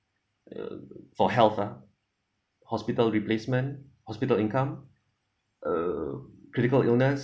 uh for health ah hospital replacement hospital income uh critical illness